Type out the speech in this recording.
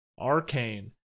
Arcane